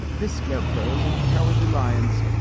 the scarecrow's and the cowardly lions.